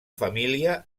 família